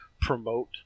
promote